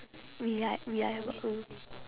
reli~ reliable mm